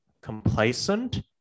complacent